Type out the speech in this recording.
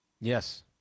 Yes